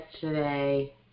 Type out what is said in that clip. today